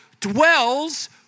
dwells